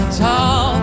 tall